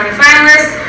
finalists